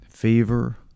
Fever